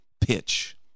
pitch